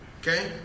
Okay